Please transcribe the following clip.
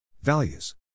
Values